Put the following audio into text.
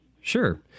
Sure